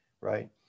right